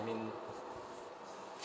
I mean